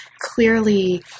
clearly –